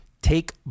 Take